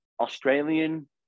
Australian